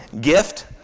gift